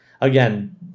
again